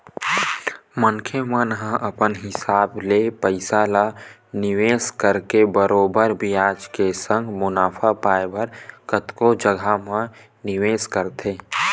मनखे मन ह अपन हिसाब ले पइसा ल निवेस करके बरोबर बियाज के संग मुनाफा पाय बर कतको जघा म निवेस करथे